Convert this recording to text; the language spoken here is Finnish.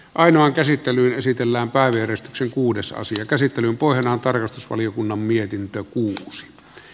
ainoa käsittelyyn esitellään päivystyksen kuudessa käsittelyn pohjana on tarkastusvaliokunnan mietintö kuukausi